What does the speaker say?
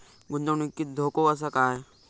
गुंतवणुकीत धोको आसा काय?